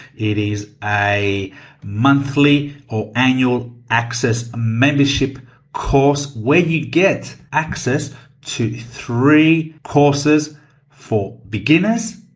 it is a monthly or annual access membership course, where you get access to three courses for beginners,